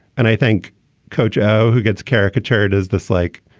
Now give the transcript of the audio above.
and i think kojo, who gets caricatured as this, like,